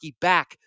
back